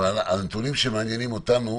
הנתונים שמעניינים אותנו,